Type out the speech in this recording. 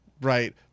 Right